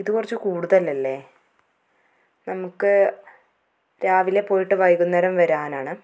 ഇത് കുറച്ച് കൂടുതലല്ലേ നമുക്ക് രാവിലെ പോയിട്ട് വൈകുന്നേരം വരാനാണ്